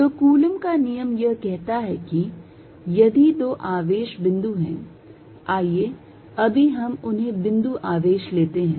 तो कूलॉम का नियम यह कहता है कि यदि दो आवेश बिंदु हैं आइए अभी हम उन्हें बिंदु आवेश लेते हैं